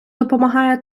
допомагає